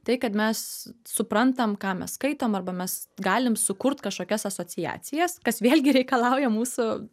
tai kad mes suprantam ką mes skaitom arba mes galim sukurt kažkokias asociacijas kas vėlgi reikalauja mūsų